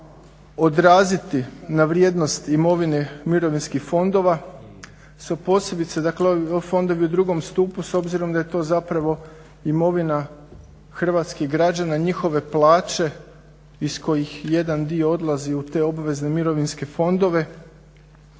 odraziti na vrijednost imovine mirovinskih fondova su posebice dakle ovi fondovi u 2. stupu s obzirom da je to zapravo imovina hrvatskih građana, njihove plaće iz kojih jedan dio odlazi u te obvezne mirovinske fondove.